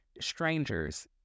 strangers